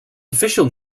official